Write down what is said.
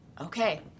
okay